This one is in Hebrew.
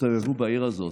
תסתובבו בעיר הזאת,